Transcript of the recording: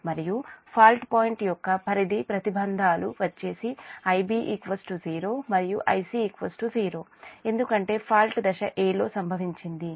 మరియు fault point యొక్క పరిధి ప్రతిబంధాలు వచ్చేసి Ib 0 మరియు Ic 0 ఎందుకంటే ఫాల్ట్ దశ a లో సంభవించింది కాబట్టి